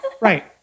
Right